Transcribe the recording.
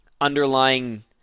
underlying